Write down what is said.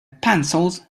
pencils